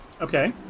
Okay